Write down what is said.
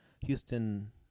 Houston